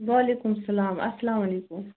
وعلیکُم سَلام اَسَلام علیکُم